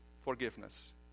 forgiveness